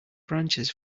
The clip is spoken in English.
branches